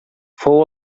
fou